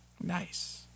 Nice